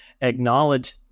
acknowledge